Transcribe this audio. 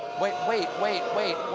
wait, wait, wait, wait.